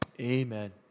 amen